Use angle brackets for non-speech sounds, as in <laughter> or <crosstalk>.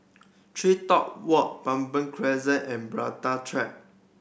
TreeTop Walk Baber Crescent and <unintelligible> Track